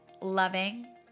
loving